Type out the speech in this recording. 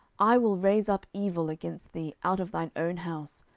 i will raise up evil against thee out of thine own house,